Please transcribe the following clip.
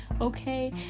okay